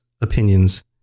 opinions